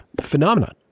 phenomenon